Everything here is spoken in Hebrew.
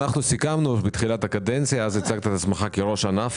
הם אמורים לממן נושאים אחרים בתוכניות העבודה ברכש של המשטרה.